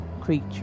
creature